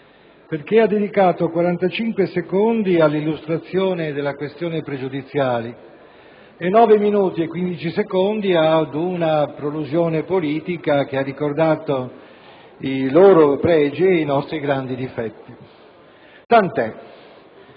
perché ha dedicato 45 secondi all'illustrazione della questione pregiudiziale e nove minuti e 15 secondi ad una prolusione politica che ha ricordato i loro pregi e i nostri grandi difetti. Tant'è!